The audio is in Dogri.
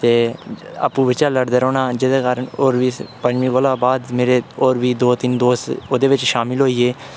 ते आपू बिचें लड़दे रौह्ना जेह्दे कारण होर बी पञमीं कोला बाद मेरे होर बी दौ तीन दोस्त ओह्दे बिच शामल होइयै